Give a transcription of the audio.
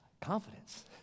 confidence